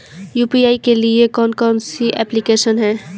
UPI के लिए कौन कौन सी एप्लिकेशन हैं?